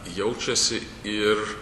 jaučiasi ir